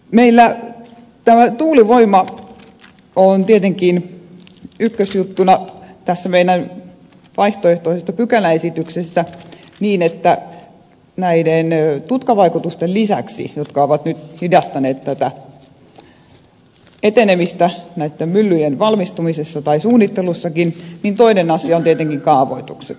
meillä tuulivoima on tietenkin ykkösjuttuna tässä meidän vaihtoehtoisessa pykäläesityksessämme niin että näiden tutkavaikutusten lisäksi jotka ovat nyt hidastaneet näitten myllyjen valmistumisen tai suunnittelunkin etenemistä toinen asia on tietenkin kaavoitukset